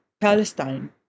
palestine